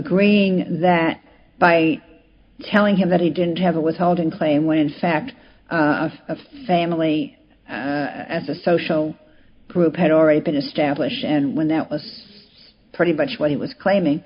greeing that by telling him that he didn't have a withholding claim when in fact a family as a social group had already been established and when that was pretty much what he was claiming